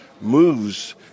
moves